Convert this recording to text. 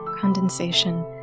Condensation